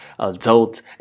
Adult